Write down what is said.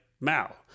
Mao